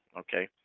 ok.